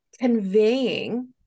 conveying